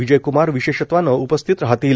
विजयक्मार विशेषत्वानं उपस्थित राहतील